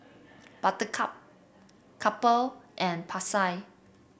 Buttercup Kappa and Pasar